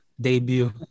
debut